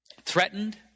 threatened